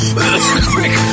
Quick